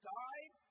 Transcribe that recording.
died